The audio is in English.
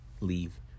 leave